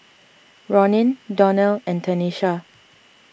Ronin Donnell and Tenisha